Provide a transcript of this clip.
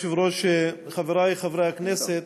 כבוד היושב-ראש, חברי חברי הכנסת,